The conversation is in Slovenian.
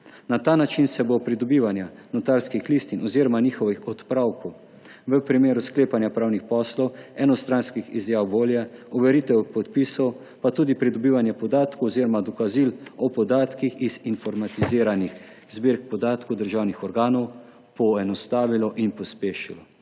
Na ta način se bo pridobivanje notarskih listin oziroma njihovih odpravkov v primeru sklepanja pravnih poslov, enostranskih izjav volje, overitev podpisov pa tudi pridobivanja podatkov oziroma dokazil o podatkih iz informatiziranih zbirk podatkov državnih organov poenostavilo in pospešilo.